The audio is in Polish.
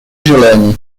zieleni